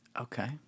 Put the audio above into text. Okay